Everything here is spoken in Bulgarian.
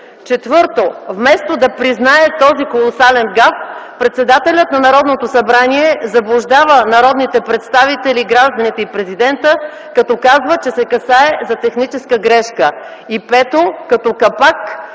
Четвърто, вместо да признае този колосален гаф, председателят на Народното събрание заблуждава народните представители, гражданите и президента като казва, че се касае за техническа грешка. Пето, като капак